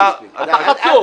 אתה חצוף.